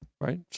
right